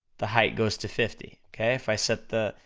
the height goes to fifty, okay? if i set the,